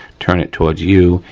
turn it towards you,